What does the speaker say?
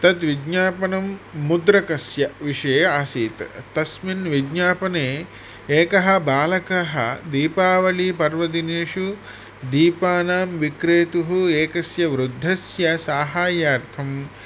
तत्विज्ञापनं मुद्रकस्य विषये आसीत् तस्मिन् विज्ञापने एकः बालकः दीपावलीपर्वदिनेषु दीपानां विक्रेतुः एकस्य वृद्धस्य साहाय्यार्थं